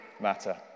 matter